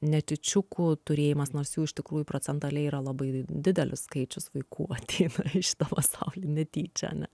netyčiukų turėjimas nors jų iš tikrųjų procentaliai yra labai didelis skaičius vaikų ateina į šitą pasaulį netyčia ane